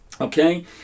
okay